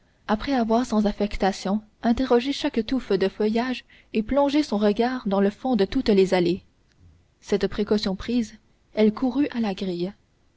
après avoir sans affectation interrogé chaque touffe de feuillage et plongé son regard dans le fond de toutes les allées ces précautions prises elle courut à la grille